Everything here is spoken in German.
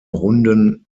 runden